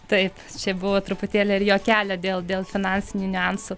taip čia buvo truputėlį ir juokelio dėl dėl finansinių niuansų